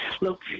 Look